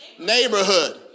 neighborhood